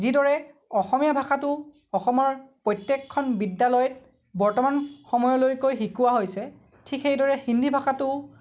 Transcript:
যিদৰে অসমীয়া ভাষাটো অসমৰ প্ৰত্যেকখন বিদ্যালয়ত বৰ্তমান সময়লৈকে শিকোৱা হৈছে ঠিক সেইদৰে হিন্দী ভাষাটোও